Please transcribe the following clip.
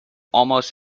almost